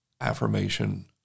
affirmation